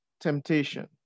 temptation